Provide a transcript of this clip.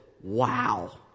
Wow